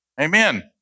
Amen